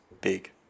big